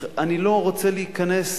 אני לא רוצה להיכנס